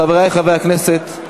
חברי חברי הכנסת,